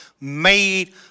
made